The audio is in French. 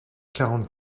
quarante